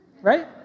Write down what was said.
right